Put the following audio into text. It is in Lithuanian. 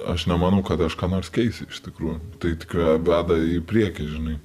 aš nemanau kad aš ką nors keisiu iš tikrųjų tai tik ve veda į priekį žinai